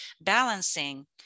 balancing